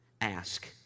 ask